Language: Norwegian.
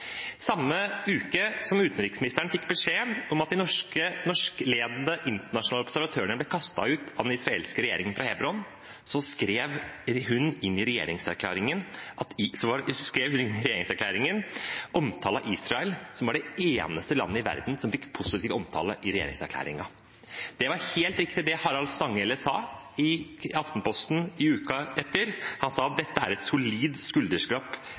Samme uke som utenriksministeren fikk beskjeden om at de norskledede internasjonale observatørene ble kastet ut fra Hebron av den israelske regjeringen, skrev hun inn i regjeringserklæringen omtale av Israel, som var det eneste landet i verden som fikk positiv omtale i regjeringserklæringen. Det var helt riktig, det Harald Stanghelle skrev i Aftenposten uken etter, at dette er et solid